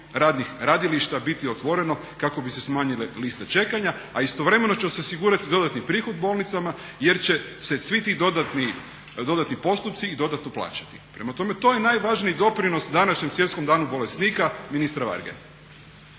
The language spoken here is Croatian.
novih radilišta biti otvoreno kako bi se smanjile liste čekanja, a istovremeno će se osigurati dodatni prihod bolnicama jer će se svi ti dodatni postupci i dodatno plaćati. Prema tome, to je najvažniji doprinos današnjem Svjetskom danu bolesnika ministra Varge.